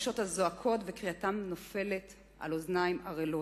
נפשות הזועקות וקריאתן נופלת על אוזניים ערלות.